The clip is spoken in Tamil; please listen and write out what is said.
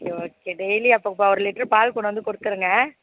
ஓகே ஓகே டெய்லி அப்போது ஒரு லிட்டர் பால் கொண்டு வந்து கொடுத்துருங்க